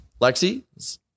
Lexi